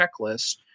checklist